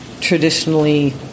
traditionally